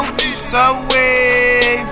Subway